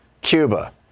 Cuba